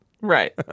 Right